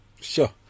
Sure